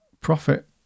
Profit